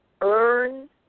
earn